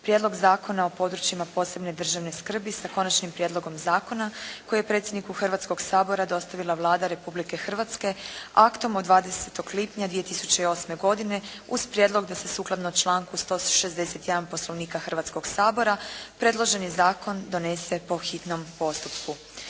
Prijedlog zakona o područjima posebne državne skrbi sa Konačnim prijedlogom zakona koji je predsjedniku Hrvatskog sabora dostavila Vlada Republike Hrvatske aktom od 20. lipnja 2008. godine uz prijedlog da se sukladno članku 161. Poslovnika Hrvatskog sabora predloženi zakon donese po hitnom postupku.